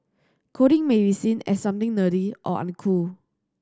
coding may be seen as something nerdy or uncool